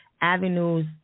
avenues